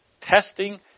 testing